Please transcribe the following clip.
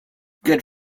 good